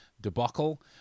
debacle